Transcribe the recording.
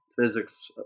physics